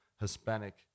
Hispanic